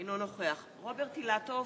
אינו נוכח רוברט אילטוב,